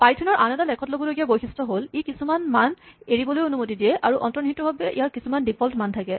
পাইথনৰ আন এটা লেখত ল'বলগীয়া বৈশিষ্ট হ'ল ই কিছুমান মান এৰিবলৈ অনুমতি দিয়ে আৰু অন্তঃনিহিতভাৱে ইয়াৰ কিছুমান ডিফল্ট মান থাকে